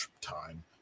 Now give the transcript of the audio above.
time